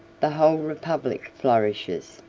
the whole republic flourishes.